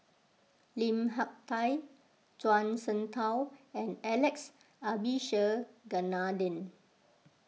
Lim Hak Tai Zhuang Shengtao and Alex Abisheganaden